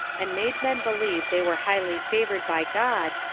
and made men believe they were highly favored by god,